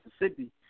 Mississippi